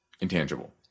intangible